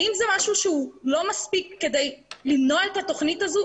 האם זה משהו שהוא לא מספיק כדי למנוע את התוכנית הזאת?